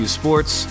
sports